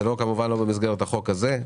זה כמובן לא במסגרת החוק הזה.